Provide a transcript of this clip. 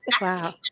Wow